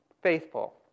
faithful